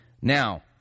Now